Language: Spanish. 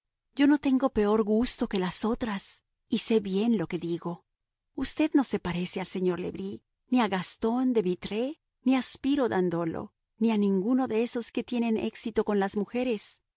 yo no tengo peor gusto que las otras y sé bien lo que digo usted no se parece al señor le bris ni a gastón de vitré ni a spiro dandolo ni a ninguno de esos que tienen éxito con las mujeres